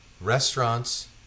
restaurants